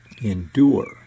endure